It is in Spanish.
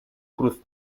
cruz